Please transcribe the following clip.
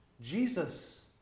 Jesus